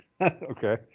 Okay